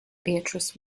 beatrice